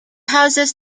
houses